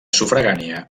sufragània